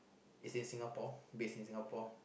is in Singapore base in Singapore